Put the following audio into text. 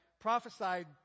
prophesied